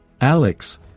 Alex